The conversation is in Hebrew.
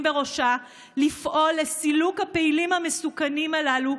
בראשה לפעול לסילוק הפעילים המסוכנים הללו,